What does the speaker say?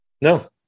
No